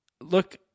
look